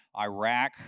Iraq